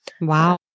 wow